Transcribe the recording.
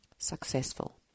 successful